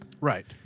Right